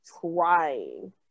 trying